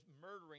murdering